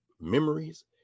memories